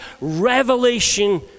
revelation